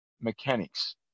mechanics